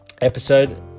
episode